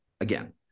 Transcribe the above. Again